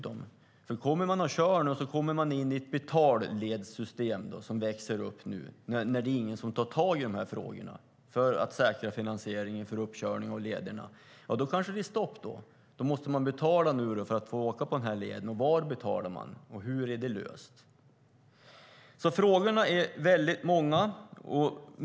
Om man kommer och kör och kommer in i ett betalledssystem - de växer upp för att säkra finansieringen av uppkörningen av lederna nu när ingen tar tag i de här frågorna - kanske det blir stopp. Då måste man betala för att få åka på leden. Var betalar man? Hur är det löst? Frågorna är alltså många.